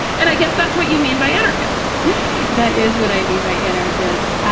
and i guess that's what you mean by anarchist that is what i mean by anarchist.